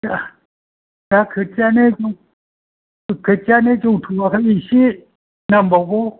दा खोथियानो खोथियायानो जौथ'आखै एसे नांबावगौ